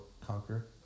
conquer